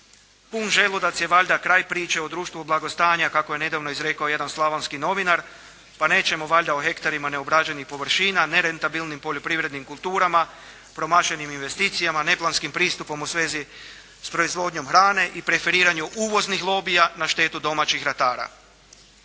pun želudac je valjda kraj priče u društvu blagostanja kako je nedavno izrekao jedan slavonski novinar, pa nećemo valjda o hektarima neobrađenih površina, nerentabilnim poljoprivrednim kulturama, promašenim investicijama, neplanskim pristupom u svezi s proizvodnjom hrane i preferiranju uvoznih lobija na štetu domaćih ratara.